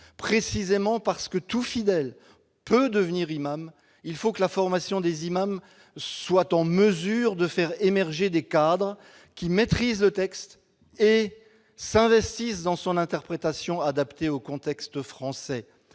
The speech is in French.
Précisément parce que tout fidèle peut devenir imam, il faut que la formation des imams puisse faire émerger des cadres qui maîtrisent le texte et s'investissent dans son interprétation, adaptée au contexte français.